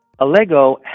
Alego